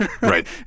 right